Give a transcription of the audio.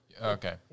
Okay